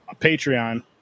Patreon